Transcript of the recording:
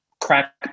crack